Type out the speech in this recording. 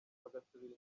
bagasubira